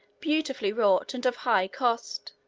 beautifully wrought, and of high cost.